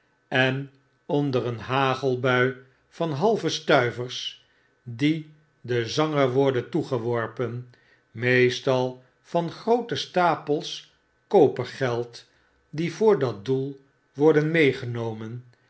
en onder een hagelbui van halve stuivers die den zanger worden toegeworpen meostal van groote stapels koper geld die voor dat doel worden meegenomen